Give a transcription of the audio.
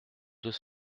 deux